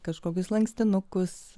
kažkokius lankstinukus